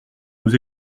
nous